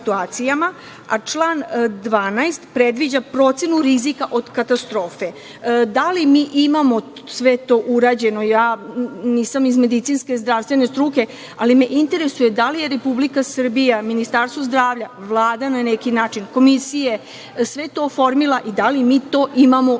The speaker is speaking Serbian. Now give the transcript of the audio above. a član 12. predviđa procenu rizika od katastrofe. Da li mi imamo sve to urađeno? Ja nisam iz medicinske struke, ali me interesuje da li je Republika Srbija, Ministarstvo zdravlja, Vlada, na neki način, Komisije, sve to oformila i da li mi to imamo